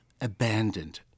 abandoned